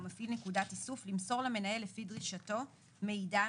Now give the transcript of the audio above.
מפעיל נקודת איסוף למסור למנהל לפי דרישתו מידע,